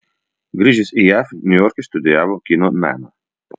grįžęs į jav niujorke studijavo kino meną